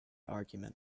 argument